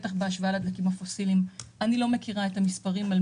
בטח בההשוואה לדלקים הפוסיליים.